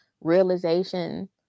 realization